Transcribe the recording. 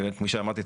כפי שאמרתי,